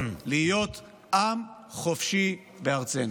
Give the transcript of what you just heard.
להיות עם חופשי בארצנו".